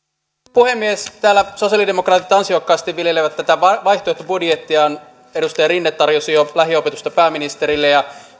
puhemies täällä sosialidemokraatit ansiokkaasti viljelevät tätä vaihtoehtobudjettiaan edustaja rinne tarjosi jo lähiopetusta pääministerille ja